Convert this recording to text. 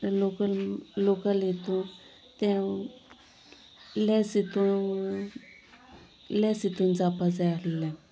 local local हातूंत तें less हातूंत लॅस हातूंत जावपाक जाय आसलें